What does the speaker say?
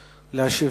להשיב.